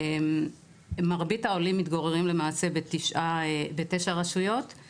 מרבית העולים מתגוררים למעשה בתשע רשויות,